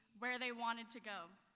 where they wanted to go.